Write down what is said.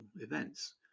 events